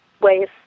ways